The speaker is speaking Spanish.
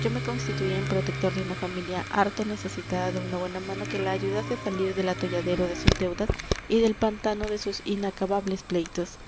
yo me constituía en protector de una familia harto necesitada de una buena mano que la ayudase a salir del atolladero de sus deudas y del pantano de sus inacabables pleitos